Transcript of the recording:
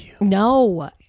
No